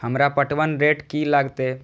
हमरा पटवन रेट की लागते?